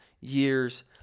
years